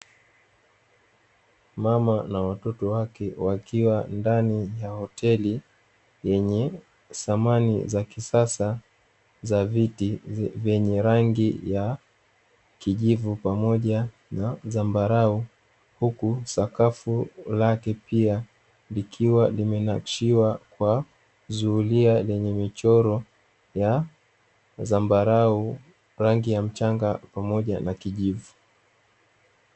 Mama na watoto wake wakiwa ndani ya hoteli yenye samani za kisasa za viti vyenye rangi ya kijivu pamoja na zambarau, huku sakafu lake pia likiwa limenakshiwa kwa zulia lenye michoro ya zambarau rangi ya mchanga pamoja na kijivu.